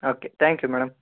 okay thank you madam